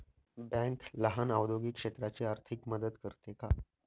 Bank लहान औद्योगिक क्षेत्राची आर्थिक मदत करते का?